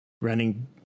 Running